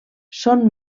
són